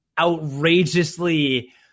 outrageously